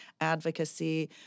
advocacy